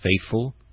faithful